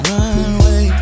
Runway